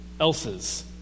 else's